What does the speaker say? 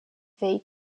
veit